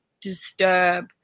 disturb